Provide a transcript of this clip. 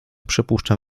przypuszczam